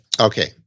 Okay